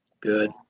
Good